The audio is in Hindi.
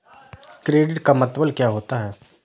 क्रेडिट का मतलब क्या होता है?